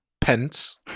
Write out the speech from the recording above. pence